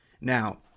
Now